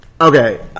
Okay